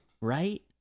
right